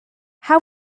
how